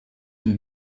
une